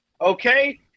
Okay